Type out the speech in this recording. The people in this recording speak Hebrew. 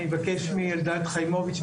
אני אבקש מאלדד חיימוביץ',